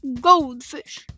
Goldfish